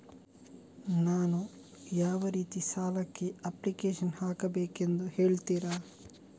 ನಾನು ಯಾವ ರೀತಿ ಸಾಲಕ್ಕೆ ಅಪ್ಲಿಕೇಶನ್ ಹಾಕಬೇಕೆಂದು ಹೇಳ್ತಿರಾ?